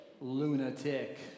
Lunatic